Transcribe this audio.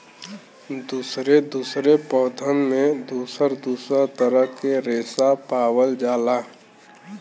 दुसरे दुसरे पौधन में दुसर दुसर तरह के रेसा पावल जाला